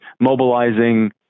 mobilizing